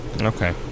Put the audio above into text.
Okay